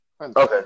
Okay